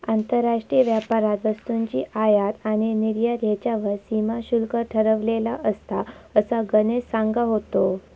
आंतरराष्ट्रीय व्यापारात वस्तूंची आयात आणि निर्यात ह्येच्यावर सीमा शुल्क ठरवलेला असता, असा गणेश सांगा होतो